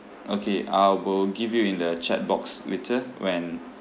okay I will give you in the chat box later when